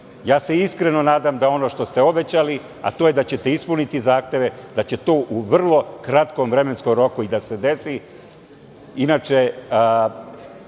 krađi. Iskreno se nadam da ono što ste obećali, a to je da ćete ispuniti zahteve, da će to u vrlo kratkom vremenskom roku i da se desi.